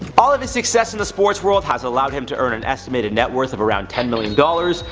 all of his success in the sports world has allowed him to earn an estimated net worth of around ten million dollars